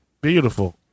Beautiful